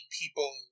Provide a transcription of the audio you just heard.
people